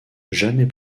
jamais